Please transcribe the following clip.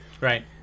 Right